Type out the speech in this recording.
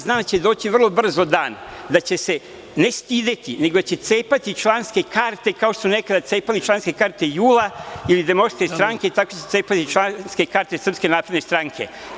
Znam da će doći vrlo brzo dan da će se ne stideti, nego će cepati članske karte kao što su nekada cepali članske karte JUL-a ili DS-a, tako će se cepati i članske karte SNS-a.